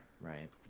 Right